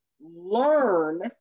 learn